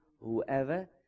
whoever